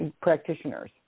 practitioners